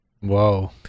whoa